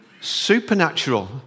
supernatural